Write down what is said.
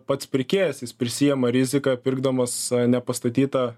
pats pirkėjas jis prisiima riziką pirkdamas nepastatytą